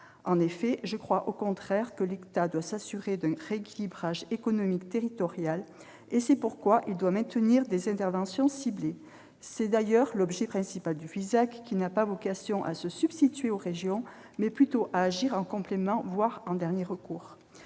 En effet, je crois, au contraire, que l'État doit s'assurer d'un rééquilibrage économique territorial. C'est pourquoi il doit maintenir des interventions ciblées. C'est d'ailleurs l'objet principal du FISAC, qui a non pas vocation à se substituer aux régions, mais plutôt à agir en complément, voire en dernier recours.